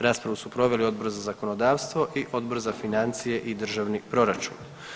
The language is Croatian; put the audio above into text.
Raspravu su proveli Odbor za zakonodavstvo i Odbor za financije i državni proračun.